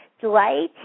July